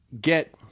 get